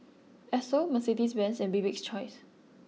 Esso Mercedes Benz and Bibik's choice